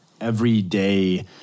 everyday